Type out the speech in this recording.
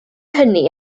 hynny